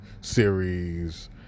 series